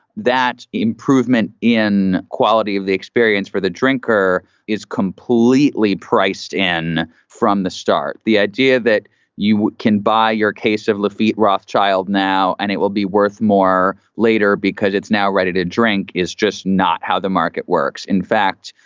that improvement in quality of the experience for the drinker is completely priced in from the start. the idea that you can buy your case of le ft. rothchild now and it will be worth more later because it's now ready to drink, is just not how the market works. in fact,